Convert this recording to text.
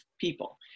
people